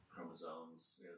chromosomes